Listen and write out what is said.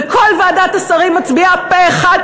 וכל ועדת השרים מצביעה פה-אחד?